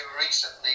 recently